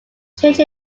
changed